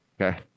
Okay